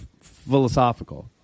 philosophical